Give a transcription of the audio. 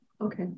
Okay